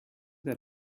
that